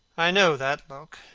i know that look.